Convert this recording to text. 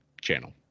channel